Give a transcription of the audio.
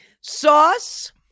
sauce